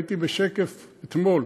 הייתי בשקף אתמול,